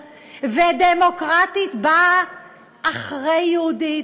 ו"דמוקרטית" בא אחרי "יהודית",